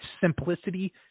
simplicity